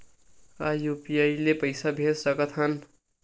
का यू.पी.आई ले पईसा भेज सकत हन?